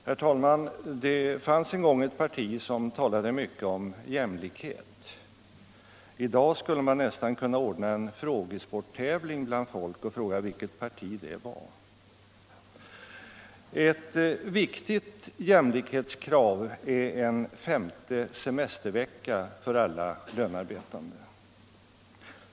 Herr talman! Det fanns en gång ett parti som talade mycket om jämlikhet. I dag skulle man nästan kunna ordna en frågesporttävling bland folk och fråga vilket parti det var. Ett viktigt jämlikhetskrav är en femte semestervecka för alla lönarbetande.